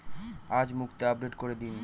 আজ মুক্তি আপডেট করে দিন